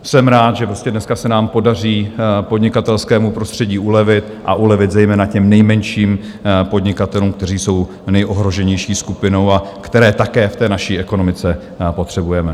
Jsem rád, že dneska se nám podaří podnikatelskému prostředí ulevit, a ulevit zejména těm nejmenším podnikatelům, kteří jsou nejohroženější skupinou a které také v té naší ekonomice potřebujeme.